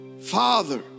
Father